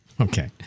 Okay